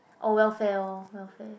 oh welfare oh welfare